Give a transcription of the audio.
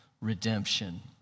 redemption